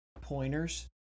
pointers